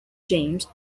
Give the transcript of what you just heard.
james